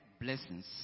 blessings